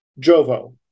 Jovo